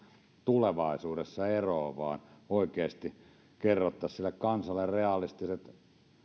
tulevaisuudessa eroon ja oikeasti kerrottaisiin kansalle realistiset